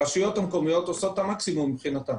הרשויות המקומיות עושות את המקסימום מבחינתן.